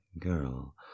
girl